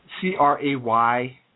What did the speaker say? C-R-A-Y